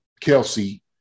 Kelsey